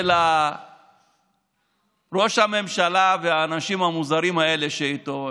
של ראש הממשלה והאנשים המוזרים האלה שאיתו,